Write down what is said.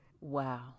Wow